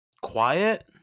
quiet